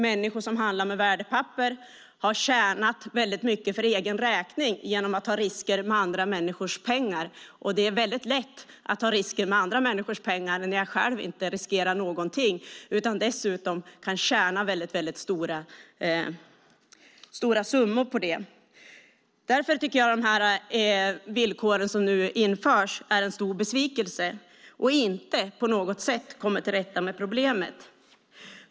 Människor som handlar med värdepapper har tjänat mycket för egen räkning genom att ta risker med andra människors pengar. Det är lätt att ta risker med andra människors pengar när man själv inte riskerar något och dessutom kan tjäna stora summor. Jag tycker att de villkor som nu införs är en stor besvikelse. De innebär inte att man på något sätt kommer till rätta med problemet.